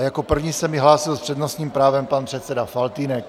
Jako první se mi hlásil s přednostním právem pan předseda Faltýnek.